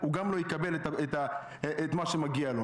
הוא גם לא יקבל את מה שמגיע לו,